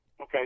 okay